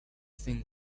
thin